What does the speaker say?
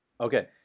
Okay